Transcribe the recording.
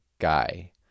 guy